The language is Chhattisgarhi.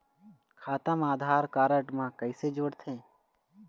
खाता मा आधार कारड मा कैसे जोड़थे?